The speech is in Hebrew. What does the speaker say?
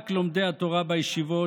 רק לומדי התורה בישיבות,